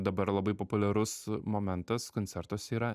dabar labai populiarus momentas koncertuose yra